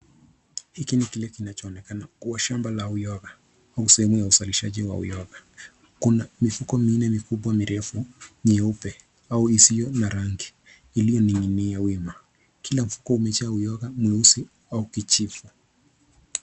Hiki ni kile kinachoonekana kuwa shamba la uyoga au sehemu ya uzalishaji wa uyoga. Kina mifuko minne mikubwa mirefu nyeupe au isiyo na rangi iliyoning'inia wima. Kila mfuko umejaa uyoga mweusi au kijivu.